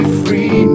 free